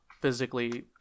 physically